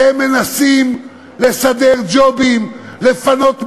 אתם מנסים לסדר ג'ובים, לפנות משרות,